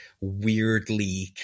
weirdly